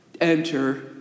enter